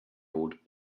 old